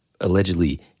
allegedly